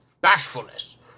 bashfulness